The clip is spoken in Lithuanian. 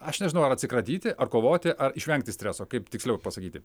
aš nežinau ar atsikratyti ar kovoti ar išvengti streso kaip tiksliau pasakyti